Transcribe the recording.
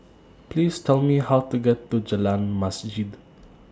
Please Tell Me How to get to Jalan Masjid